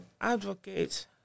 advocate